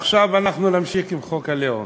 עכשיו אנחנו נמשיך עם חוק הלאום.